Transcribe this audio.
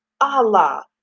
Allah